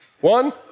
One